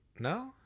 No